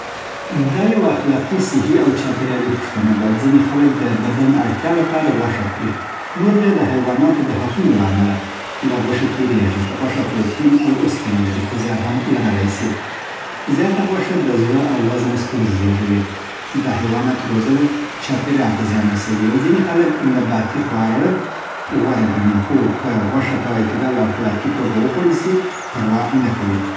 دا یوه اخلاقي، صحي او چاپېریالي پوښتنه ده. ځینې خلک د بدن اړتیا لپاره غوښه خوري. نور بیا د حیواناتو د حقونو له امله له غوښې تېرېږي. غوښه پروټین او اوسپنه لري، خو زیان هم لرلی سي. زیاته غوښه د زړه او وزن ستونزې زېږوي. د حیواناتو روزنه چاپېریال ته زیان رسوي. ځینې خلک نباتي خواړه غوره ګڼي؛ خو که غوښه په اعتدال او اخلاقي توګه وخوړل شي، پروا نه کوي.